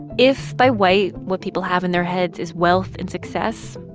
if by white, what people have in their heads is wealth and success,